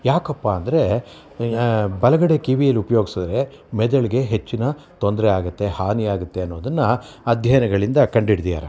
ಯಾಕಪ್ಪ ಅಂದರೆ ಬಲಗಡೆ ಕಿವಿಯಲ್ಲಿ ಉಪಯೋಗಿಸಿದರೆ ಮೆದುಳಿಗೆ ಹೆಚ್ಚಿನ ತೊಂದರೆ ಆಗುತ್ತೆ ಹಾನಿ ಆಗುತ್ತೆ ಅನ್ನೋದನ್ನು ಅಧ್ಯಯನಗಳಿಂದ ಕಂಡ್ಹಿಡ್ದಿದ್ದಾರೆ